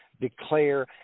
declare